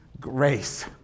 grace